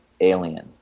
alien